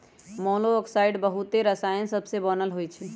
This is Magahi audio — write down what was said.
मोलॉक्साइड्स बहुते रसायन सबसे बनल होइ छइ